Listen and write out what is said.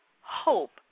hope